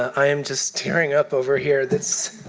i am just tearing up over here. that's.